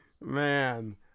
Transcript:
Man